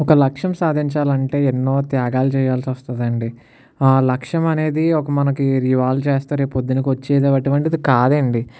ఒక లక్ష్యం సాధించాలంటే ఎన్నో త్యాగాలు చెయ్యాల్సి వస్తుంది అండి ఆ లక్ష్యం అనేది ఒక మనకు ఇవ్వాళ చేస్తే రేపు పొద్దుటకు వచ్చేటటువంటిది కాదండి